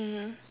mmhmm